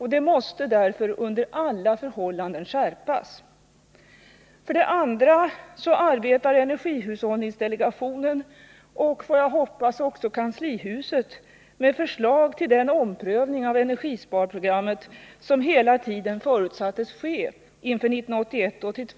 Det måste därför under alla förhållanden skärpas. För det andra arbetar energihushållningsdelegationen, och får jag hoppas också kanslihuset, med förslag till den omprövning av energisparprogrammet som hela tiden förutsatts ske inför budgetåret 1981/82.